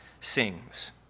sings